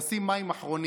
עושים מים אחרונים.